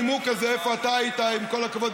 הנימוק הזה "איפה אתה היית" עם כל הכבוד,